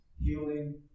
healing